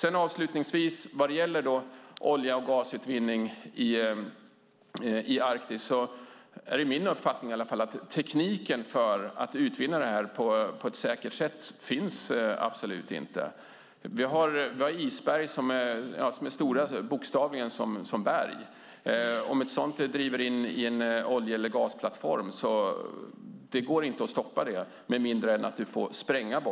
Det är min uppfattning att tekniken för att utvinna olja och gas i Arktis på ett säkert sätt absolut inte finns. Vi har isberg som bokstavligen är stora som berg. Om ett sådant driver in i en olje eller gasplattform går det inte att stoppa med mindre än att det på något vis sprängs